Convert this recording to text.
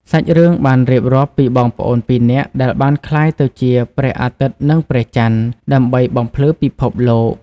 សាច់រឿងបានរៀបរាប់ពីបងប្អូនពីរនាក់ដែលបានក្លាយទៅជាព្រះអាទិត្យនិងព្រះចន្ទ ដើម្បីបំភ្លឺពិភពលោក។